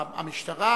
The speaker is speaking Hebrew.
המשטרה,